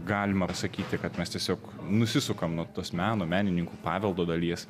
galima pasakyti kad mes tiesiog nusisukam nuo tos meno menininkų paveldo dalies